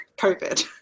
COVID